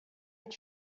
est